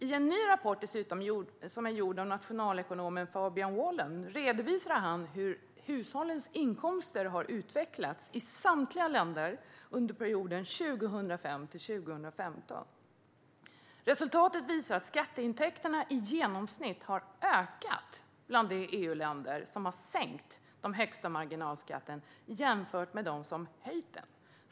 I en ny rapport gjord av nationalekonomen Fabian Wallen redovisar han hur hushållens inkomster har utvecklats i samtliga länder under perioden 2005-2015. Resultatet visar att skatteintäkterna i genomsnitt har ökat i de EU-länder som har sänkt den högsta marginalskatten jämfört med dem som höjt den.